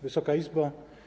Wysoka Izbo!